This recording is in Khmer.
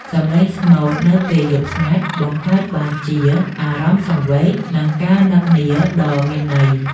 សំឡេងស្មូតនៅពេលយប់ស្ងាត់ បង្កើតបានជាអារម្មណ៍សង្វេគ និងការនឹកនាដ៏មានន័យ។